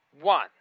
one